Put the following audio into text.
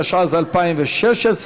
התשע"ז 2016,